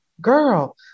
Girl